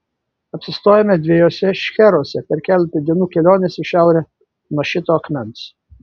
apsistojome dviejuose šcheruose per keletą dienų kelionės į šiaurę nuo šito akmens